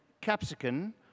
capsicum